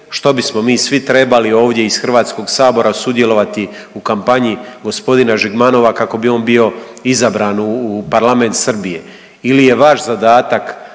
Što bismo mi svi trebali ovdje iz HS-a sudjelovati u kampanji g. Žigmanova kako bi on bio izabran u parlament Srbije?